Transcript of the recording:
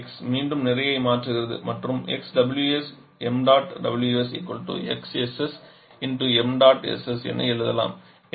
x மீண்டும் நிறையை மாற்றுகிறது மற்றும் என எழுதலாம்